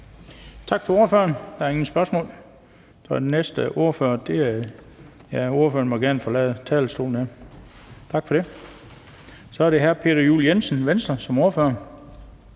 Tak til ordføreren. Der er ingen spørgsmål, og så må ordføreren gerne forlade talerstolen. Tak for det. Så er det hr. Peter Juel-Jensen, Venstre, som ordfører.